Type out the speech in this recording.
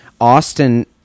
austin